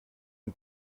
une